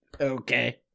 Okay